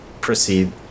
proceed